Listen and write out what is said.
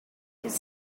could